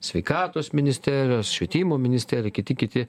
sveikatos ministerijos švietimo ministerija kiti kiti